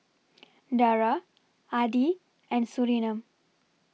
Dara Adi and Surinam